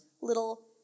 little